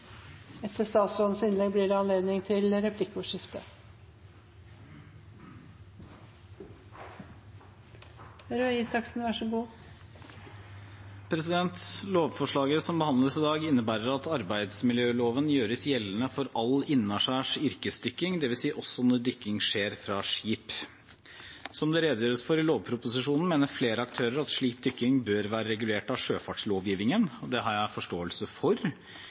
Lovforslaget som behandles i dag, innebærer at arbeidsmiljøloven gjøres gjeldende for all innaskjærs yrkesdykking, dvs. også når dykking skjer fra skip. Som det redegjøres for i lovproposisjonen, mener flere aktører at slik dykking bør være regulert av sjøfartslovgivningen. Det har jeg forståelse for.